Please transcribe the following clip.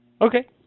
Okay